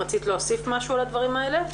רצית להוסיף משהו על הדברים האלה?